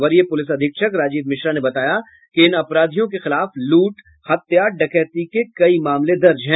वरीय पुलिस अधीक्षक राजीव मिश्रा ने बताया कि इन अपराधियों के खिलाफ लूट हत्या डकैती के कई मामले दर्ज है